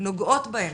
נוגעות בהם,